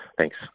Thanks